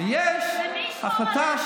ומי ישמור עליך?